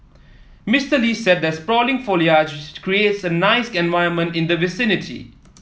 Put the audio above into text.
Mister Lee said the sprawling foliage creates a nice environment in the vicinity